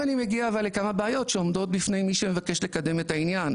עכשיו אני מגיע אבל לכמה בעיות שעומדות בפני מי שמבקש לקדם את העניין,